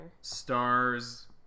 stars